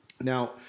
Now